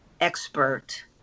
expert